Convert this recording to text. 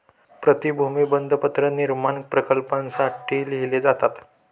प्रतिभूती बंधपत्र निर्माण प्रकल्पांसाठी लिहिले जातात